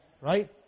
right